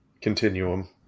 Continuum